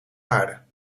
aarde